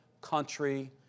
country